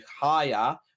higher